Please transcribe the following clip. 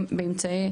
באמצעים